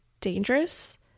dangerous